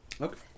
Okay